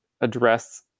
address